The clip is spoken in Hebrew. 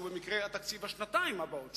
שהוא במקרה התקציב לשנתיים הבאות,